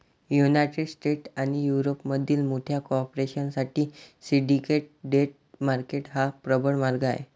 United States आणि युरोपमधील मोठ्या कॉर्पोरेशन साठी सिंडिकेट डेट मार्केट हा प्रबळ मार्ग आहे